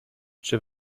czy